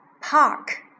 Park